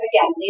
again